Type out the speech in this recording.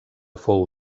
fou